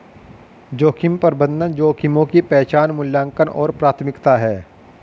जोखिम प्रबंधन जोखिमों की पहचान मूल्यांकन और प्राथमिकता है